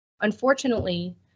Unfortunately